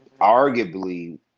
arguably